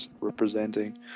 representing